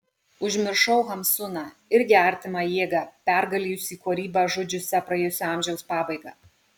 užmiršau hamsuną irgi artimą jėgą pergalėjusį kūrybą žudžiusią praėjusio amžiaus pabaigą